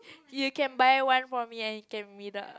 you can buy one for me and we can meet up